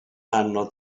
anno